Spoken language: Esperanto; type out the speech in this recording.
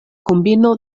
kombino